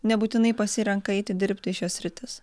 nebūtinai pasirenka eiti dirbti į šias sritis